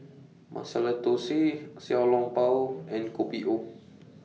Masala Thosai Xiao Long Bao and Kopi O